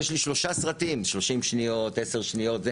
יש לי שלושה סרטים, שלושים שניות, עשר שניות.